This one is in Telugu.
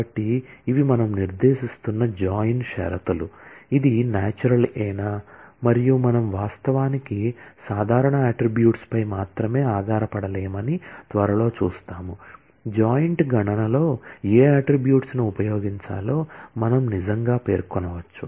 కాబట్టి ఇవి మనం నిర్దేశిస్తున్న జాయిన్ షరతులు ఇది నాచురల్ యేన మరియు మనం వాస్తవానికి సాధారణ అట్ట్రిబ్యూట్స్ పై మాత్రమే ఆధారపడలేమని త్వరలో చూస్తాము జాయింట్ గణనలో ఏ అట్ట్రిబ్యూట్స్ ను ఉపయోగించాలో మనం నిజంగా పేర్కొనవచ్చు